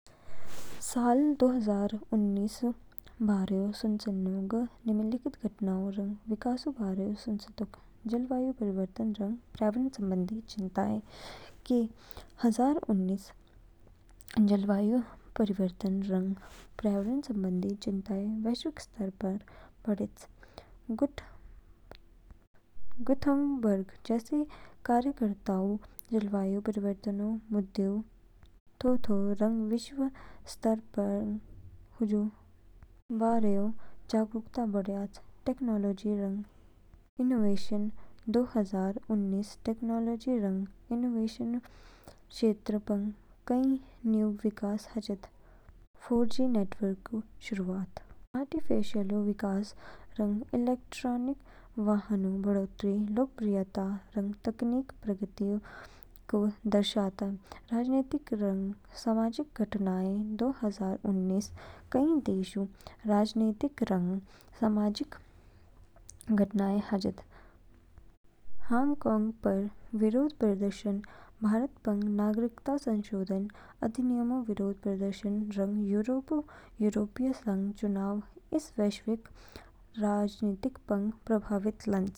साल दो हजार उन्निसऊ बारे सुचेनो समय, ग निम्नलिखित घटनाओऊ रंग विकासोंऊ बारे ओ सुचेतोक। जलवायु परिवर्तन रंग पर्यावरण संबंधी चिंताएं के हजार उन्निसऊ जलवायु परिवर्तन रंग पर्यावरण संबंधी चिंताएं वैश्विक स्तर पंग बढ़ेच। ग्रेटा थुनबर्ग जैसे कार्यकर्ताओंऊ जलवायु परिवर्तनऊ मुद्देऊ थोथो रंग वैश्विक स्तर पंग हुजू बारेओ जागरूकता बढयाच। टेक्नोलॉजी रंग इनोवेशन दो हजार उन्निसऊ टेक्नोलॉजी रंग इनोवेशनऊ क्षेत्र पंग कई न्यूग विकास हाचिद। फोर जी नेटवर्कऊ शुरुआत, आर्टिफ़िशियलऊ विकास रंग इलेक्ट्रिक वाहनोंऊ बढ़ोतरी लोकप्रियता रंग तकनीकी प्रगति को दर्शायातो। राजनीतिक रंग सामाजिक घटनाएं दो हजार उन्निसऊ कई देशोंऊ राजनीतिक रंग सामाजिक घटनाएं हाचिद। हांगकांग पंग विरोध प्रदर्शन, भारत पंग नागरिकता संशोधन अधिनियमऊ विरोध प्रदर्शन रंग यूरोपऊ यूरोपीय संघऊ चुनाव इस वैश्विक राजनीति पंग प्रभावित लान्च।